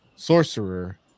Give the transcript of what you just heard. Sorcerer